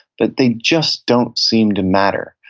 but they just don't seem to matter,